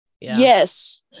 Yes